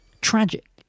tragic